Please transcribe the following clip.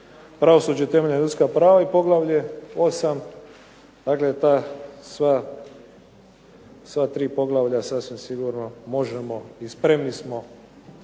Pravosuđe i temeljna ljudska prava i poglavlje 8. dakle ta sva tri poglavlja sasvim sigurno možemo i spremni smo